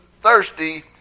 thirsty